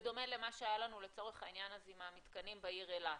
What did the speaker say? בדומה למה שהיה לנו עם המתקנים בעיר אילת,